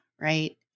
right